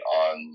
on